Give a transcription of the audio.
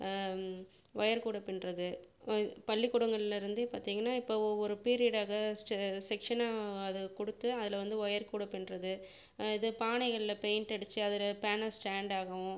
wire கூடை பின்னுறது பள்ளிக்கூடங்களிலருந்தே பார்த்தீங்கனா இப்போது ஒவ்வொரு பீரியட்டாக ஸ்டெ செக்ஷனை அதை கொடுத்து அதில் வந்து ஒயர் கூடை பின்னுறது இது பானைகளில் பெயிண்ட் அடிச்சு அதை பேனா ஸ்டாண்டாகவும்